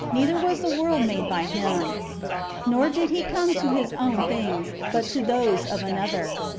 neither was the world made by him nor did he come to his own things, but to those of another.